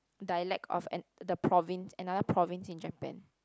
dialect of an the province another province in Japan